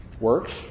works